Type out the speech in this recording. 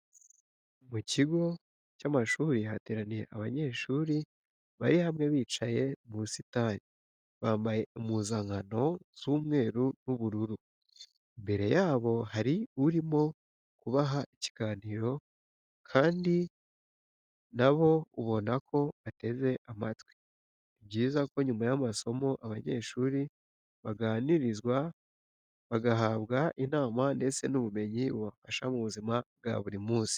Mu kigo cy'amashuri hateraniye abanyesuri bari hamwe bicaye mu busitani, bambaye impuzankano z'umweru n'ubururu, imbere yabo hari urimo kubaha ikiganiro kandi na bo ubona ko bateze amatwi. Ni byiza ko nyuma y'amasomo abanyeshuri baganirizwa bagahabwa inama ndetse n'ubumenyi bubafasha mu buzima bwa buri munsi.